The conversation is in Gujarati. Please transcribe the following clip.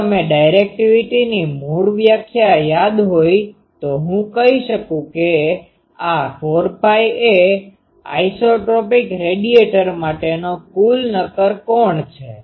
જો તમે ડાયરેક્ટિવિટીની મૂળ વ્યાખ્યા યાદ હોઈ તો હું કહી શકું કે આ 4Π એ આઇસોટ્રોપિક રેડિએટર માટેનો કુલ નક્કર કોણ છે